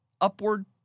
upward